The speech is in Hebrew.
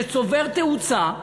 שצובר תאוצה,